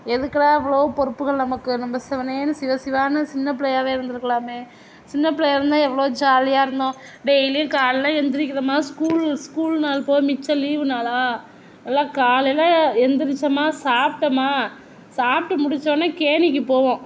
எதுக்குடா இவ்வளோ பொறுப்புகள் நமக்கு நம்ப சிவனேன்னு சிவ சிவான்னு சின்ன பிள்ளையாவே இருந்துருக்கலாமே சின்ன பிள்ளையா இருந்தா எவ்வளோ ஜாலியாக இருந்தோம் டெய்லியும் காலைல எழுந்திருக்கிறமா ஸ்கூல் ஸ்கூல் நாள் போக மிச்ச லீவு நாளாக எல்லாம் காலையில எழுத்துரிச்சோமா சாப்பிடோம்மா சாப்பிட்டு முடிச்சசோனே கேணிக்கு போவோம்